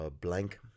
blank